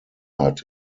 hat